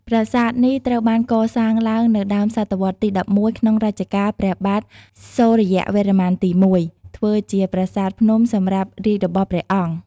ប្រាសាទនេះត្រូវបានកសាងឡើងនៅដើមសតវត្សរ៍ទី១១ ក្នុងរជ្ជកាលព្រះបាទសូរ្យវរ្ម័នទី១ ធ្វើជាប្រាសាទភ្នំសម្រាប់រាជរបស់ព្រះអង្គ។